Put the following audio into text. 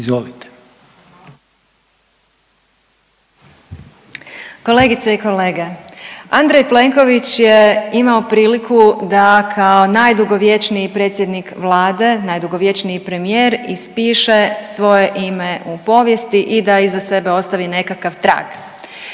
Kolegice i kolege, Andrej Plenković je imao priliku da kao najdugovječniji predsjednik Vlade, najdugovječniji premijer ispiše svoje ime u povijesti i da iza sebe ostavi nekakav trag.